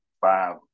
five